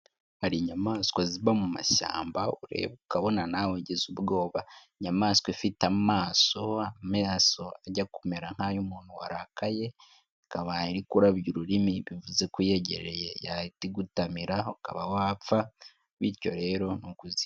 Hari inyamaswa ziba mu mashyamba ureba ukabona nawe ujyize ubwoba, inyamaswa ifite amaso ajya kumera nkay'umuntu warakaye ikaba iri kurabya ururimi bivuzeko uyejyereye ikaba yahita igutamira ukaba wapfa bityo rero ni ukuzirinda.